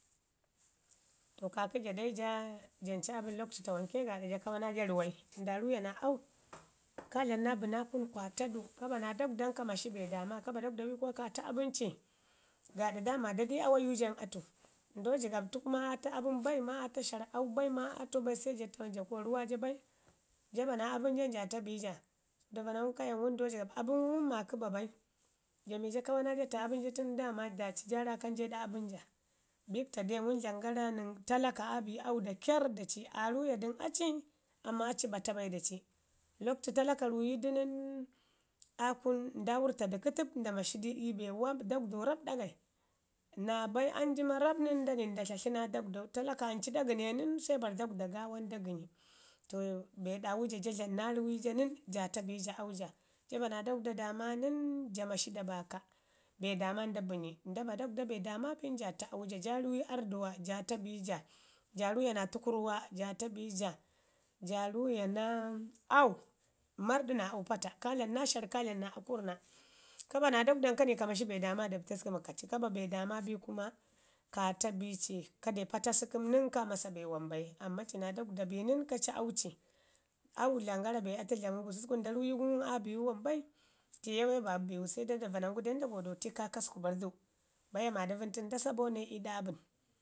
To kakə ja dai ja jan ci abən lakwtu tawanka gaaɗa ja kawa naa ja ruwai, nda ruya naa au, ka dlama naa bəna kum kwa ta du, naa dagwdan kwa mashi be dama, ka ba dagwda bin ka ta abən ci gaada daama dadai awayu ja nən atu, ndo jigaɓ maa aa ta abən bai maa aa ta shar au bai maa aa tau bai se ja ja kuma ruma ja bai, ja ba na abən jan ja ta bi ja. Davanangu kaya ndo jigaɓ abəngu ngum maakə ba bai, ja mi ja kama naa ja ta abən gu tən daama ja ja raakan ja ii ɗa abən ja. Bikta dai wən dlam gara nən talaka aa bi au dakerr daci, aa ruuya dən aci amman aci bata bai da ci, lakwtu talaka ruuyu du nən aa kun nda wurrta du kətəɓ nda mashi du ii be wan dagwdau rrap ɗagai, naabai anjima rrap nən nda nai nda tlatli naa dagwdau, talaka ancu da gəne nən se bari daguda gaawa nən da gənyi To be ɗauwu ja ja dlamu naa ruwi ja nən ja ta bi ja auja, ja ba naa dagwda daama nən ka mashi da baaka, be daaman nda bənyi nda ba dagwda daman bin ja ta au ja, ja ruwi arrduwa ja ta bi ja, ja ruuya naa tukurawa ja a bi ja. Ja ruuya na au, marɗu naa au pata, ka dlama naa shaa naa akurrna. Ka ba naa dagwdan ka ni ka mashi be dama da pataskəm ka ci, ka ba bedaman bin kuma ka ta bii ci, ka deu Pataskəm nən ka masa be wam bai amman ci naa dagwda bi nən ka ci au ci au dlamən gara be atu dlamu gususku nda rumi ngum aa biwu wam bai, tiye bai babu bimu se dai davanangu dai nda godeti kaakasku bari di baya maadavən tən nda sa bone iiɗa abən.